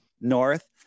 North